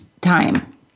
Time